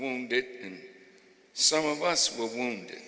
wounded and some of us were wounded